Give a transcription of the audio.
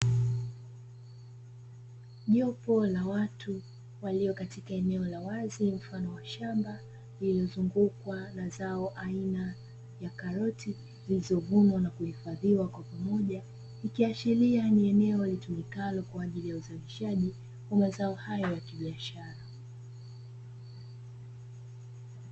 Jopo la watu walio katika eneo la wazi mfano wa shamba lililozungukwa na zao aina ya karoti zilizovunwa na kukusanywa pamoja ikiashilia kuwa ni eneo litumikalo kwa ajili ya uzalishaji wa mazao hayo ya biashara.